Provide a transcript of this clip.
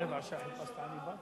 אפשר לשאול למה?